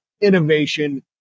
innovation